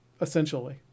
essentially